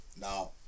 Now